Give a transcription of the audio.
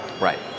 Right